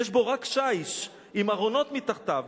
יש בו רק שיש עם ארונות מתחתיו,